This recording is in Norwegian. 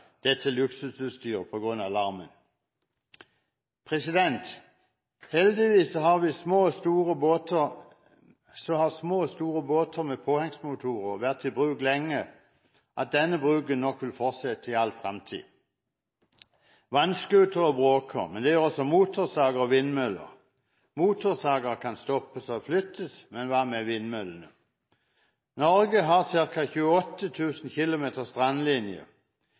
luksusutstyret på grunn av larmen? Heldigvis har små og store båter med påhengsmotorer vært i bruk så lenge at denne bruken nok vil fortsette i all fremtid. Vannscootere bråker, men det gjør også motorsager og vindmøller. Motorsager kan stoppes og flyttes, men hva med vindmøllene? Norge har ca. 28 000 km strandlinje.